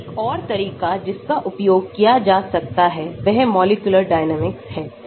एक और तरीकाजिसका उपयोग किया जा सकता है वहमॉलिक्यूलरडायनेमिक है